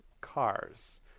Cars